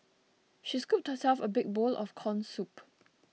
she scooped herself a big bowl of Corn Soup